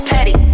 Petty